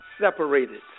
separated